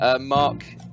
Mark